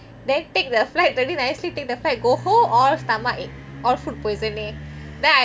then take the flight already nicely take the flight go home all stomach all food poisoning